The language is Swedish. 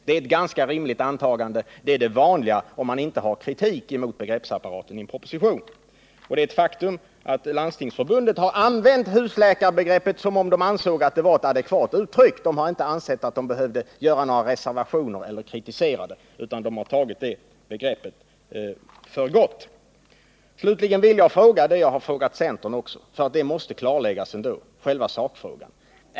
Det är ett ganska rimligt antagande. Det är det vanliga om man inte riktar kritik mot begreppsapparaten i en proposition. Det är ett faktum att Landstingsförbundet har använt husläkarbegreppet som om man ansåg att det var ett adekvat uttryck. Man har inte ansett sig behöva göra några reservationer eller rikta någon kritik, utan man har tagit begreppet för gott. Slutligen vill jag fråga vad jag också.har frågat centern, för själva sakfrågan måste klarläggas.